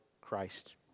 Christ